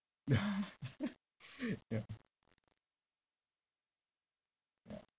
ya ya ya